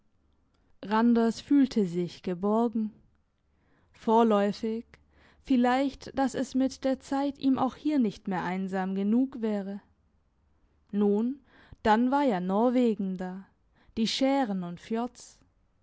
randers fühlte sich geborgen vorläufig vielleicht dass es mit der zeit ihm auch hier nicht mehr einsam genug wäre nun dann war ja norwegen da die schären und